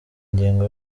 ingingo